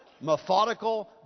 Methodical